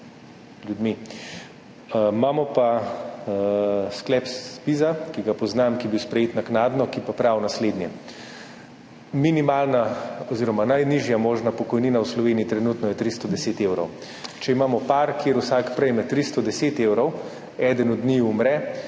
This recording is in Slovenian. ljudmi. Imamo pa sklep ZPIZ, ki ga poznam, ki je bil sprejet naknadno, ki pa pravi naslednje: minimalna oziroma najnižja možna pokojnina v Sloveniji je trenutno 310 evrov. Če imamo par, kjer vsak prejme 310 evrov, eden od njiju umre,